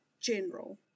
general